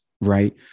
right